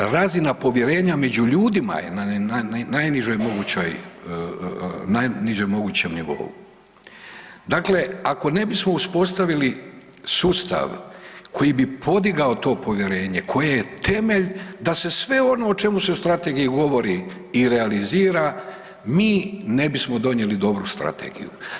Razina povjerenja među ljudima je na najnižoj mogućem nivou, dakle ako ne bismo uspostavili sustav koji bi podigao to povjerenje, koje je temelj da se sve ono o čemu se u Strategiji govori i realizira, mi ne bismo donijeli dobru strategiju.